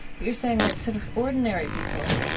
but you're saying that sort of ordinary people,